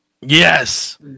Yes